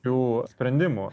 jų sprendimų